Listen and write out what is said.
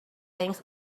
things